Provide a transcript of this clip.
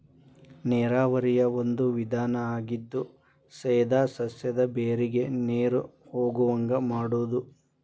ನೇರಾವರಿಯ ಒಂದು ವಿಧಾನಾ ಆಗಿದ್ದು ಸೇದಾ ಸಸ್ಯದ ಬೇರಿಗೆ ನೇರು ಹೊಗುವಂಗ ಮಾಡುದು